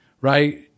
right